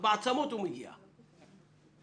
הוא מגיע לעצמות.